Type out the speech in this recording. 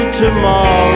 tomorrow